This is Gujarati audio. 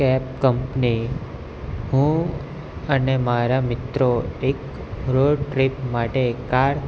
કેબ કંપની હું અને મારા મિત્રો એક રોડ ટ્રીપ માટે કાર